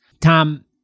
Tom